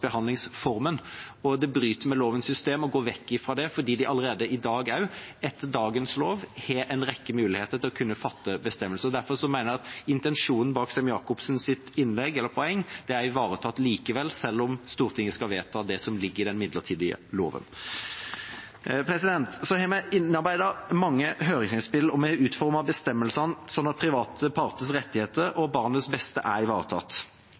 og det bryter med lovens system å gå vekk fra det fordi de allerede i dag også, etter dagens lov, har en rekke muligheter til å kunne fatte bestemmelser. Derfor mener jeg at intensjonen bak Sem-Jacobsens poeng likevel er ivaretatt, selv om Stortinget skal vedta det som ligger i den midlertidige loven. Så har vi innarbeidet mange høringsinnspill, og vi har utformet bestemmelsene slik at private parters rettigheter og barnets beste er ivaretatt.